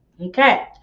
okay